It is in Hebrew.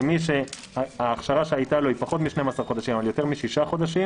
זה מי שהאכשרה שהייתה לו היא פחות מ-12 חודשים אבל יותר משישה חודשים,